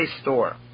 store